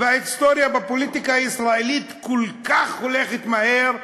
וההיסטוריה בפוליטיקה הישראלית הולכת כל כך מהר,